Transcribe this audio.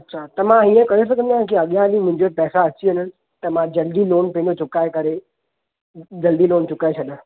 अछा त मां हीअं करे सघंदो आहियां कि अॻियां हली मुंहिंजा पैसा अची वञनि त मां जल्दी लोन पंहिंजो चुकाए करे जल्दी लोन चुकाए छॾियां